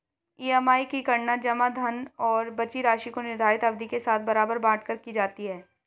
EMI की गणना जमा धन और बची राशि को निर्धारित अवधि के साथ बराबर बाँट कर की जाती है